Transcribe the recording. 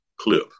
clip